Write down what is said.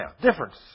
Difference